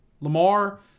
Lamar